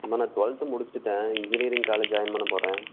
இன்னு நான் டுவெல்த்து முடிச்சிவிட்டேன் இன்ஜினியரிங் காலேஜ் ஜாயின் பண்ண போகிறேன்